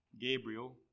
Gabriel